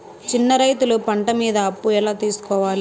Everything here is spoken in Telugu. చిన్న రైతులు పంట మీద అప్పు ఎలా తీసుకోవాలి?